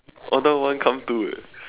order one come two eh